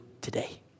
today